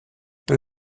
peu